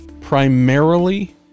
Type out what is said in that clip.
primarily